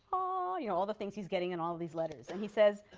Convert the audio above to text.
all you know all the things he's getting in all of these letters. and he says,